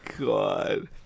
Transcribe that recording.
God